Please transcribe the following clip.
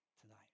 tonight